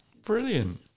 Brilliant